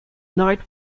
night